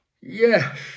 Yes